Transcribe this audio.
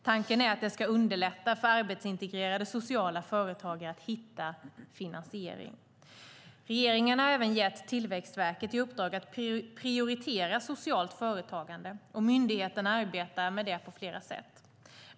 Tanken är att det ska underlätta för arbetsintegrerande sociala företagare att hitta finansiering. Regeringen har även gett Tillväxtverket i uppdrag att prioritera socialt företagande, och myndigheten arbetar med det på flera olika sätt.